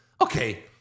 Okay